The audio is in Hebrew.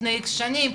לפני איקס שנים,